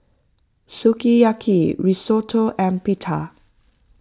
Sukiyaki Risotto and Pita